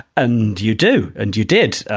and you do. and you did.